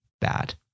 bad